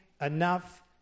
enough